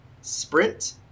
Sprint